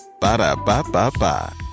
Ba-da-ba-ba-ba